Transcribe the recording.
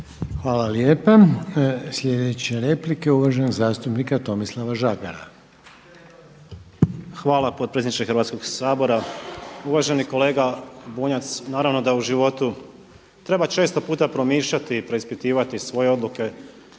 Hvala lijepa. Sljedeća je replika uvaženog zastupnika Tomislava Žagara. **Žagar, Tomislav (Nezavisni)** Hvala potpredsjedniče Hrvatskoga sabora. Uvaženi kolega Bunjac, naravno da u životu treba često puta promišljati i preispitivati svoje odluke